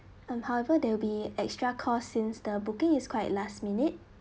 um however there will be extra cost since the booking is quite last minute